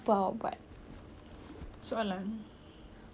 kalau tak perlu cari duit duit datang dari mana